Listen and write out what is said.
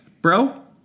Bro